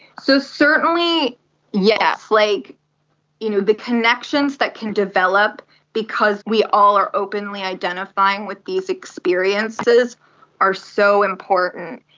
so, certainly yes, like you know the connections that can develop because we all are openly identifying with these experiences are so important.